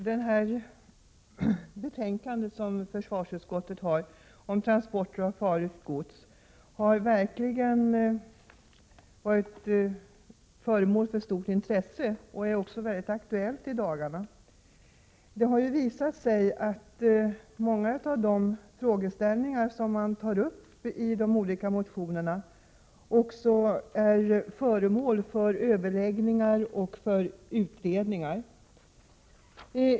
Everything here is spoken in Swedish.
Herr talman! Försvarsutskottets betänkande om transporter av farligt gods har verkligen varit föremål för stort intresse och är också mycket aktuellt i dessa dagar. Det har visat sig att många av de frågor som man tar upp i de behandlade motionerna är föremål för överläggningar och utredningar.